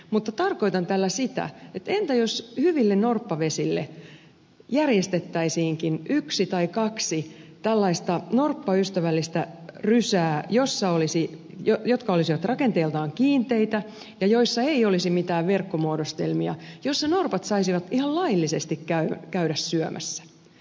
mutta tarkoitan tällä sitä että entä jos hyville norppavesille järjestettäisiinkin yksi tai kaksi tällaista norppaystävällistä rysää jotka olisivat rakenteeltaan kiinteitä ja joissa ei olisi mitään verkkomuodostelmia joissa norpat saisivat ihan laillisesti käydä syömässä